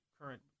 current